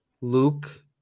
Luke